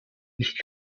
nicht